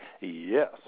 yes